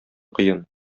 кыен